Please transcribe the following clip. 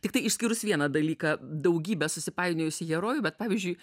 tiktai išskyrus vieną dalyką daugybę susipainiojusių herojų bet pavyzdžiui